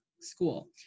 school